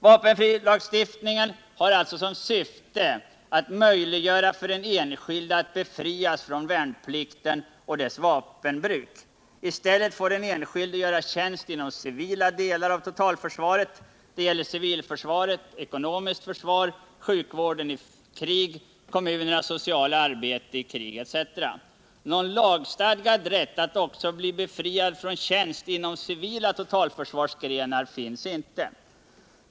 Vapenfrilagstiftningen syftar alltså till att möjliggöra för den enskilde att befrias från värnplikten och dess vapenbruk. I stället får den enskilde göra tjänst inom civila delar av totalförsvaret. Det gäller civilförsvaret, ekonomiskt försvar, sjukvården i krig, kommunernas sociala arbete i krig etc. Någon lagstadgad rätt att också bli befriad från tjänst inom civila totalförsvarsgrenar finns inte.